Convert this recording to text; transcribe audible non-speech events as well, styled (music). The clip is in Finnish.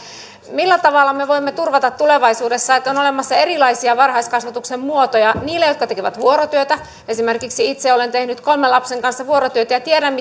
millä tavalla me voimme turvata tulevaisuudessa että on olemassa erilaisia varhaiskasvatuksen muotoja niille jotka tekevät vuorotyötä esimerkiksi itse olen tehnyt kolmen lapsen kanssa vuorotyötä ja tiedän (unintelligible)